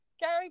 Gary